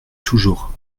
toujours